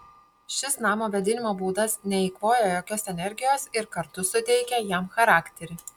šis namo vėdinimo būdas neeikvoja jokios energijos ir kartu suteikia jam charakterį